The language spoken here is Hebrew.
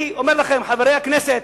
אני אומר לכם, חברי הכנסת,